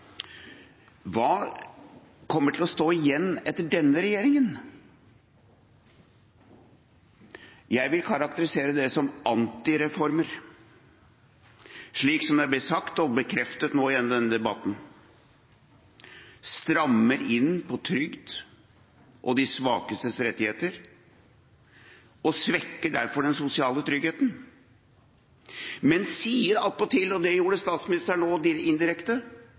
Hva kommer til å stå igjen etter denne regjeringen? Jeg vil karakterisere det som «anti-reformer», slik som det er blitt sagt og bekreftet nå gjennom denne debatten: En strammer inn på trygd og de svakestes rettigheter og svekker derfor den sosiale tryggheten, og sier attpåtil – og det gjorde også statsministeren nå, indirekte